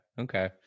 okay